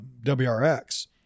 WRX